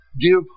give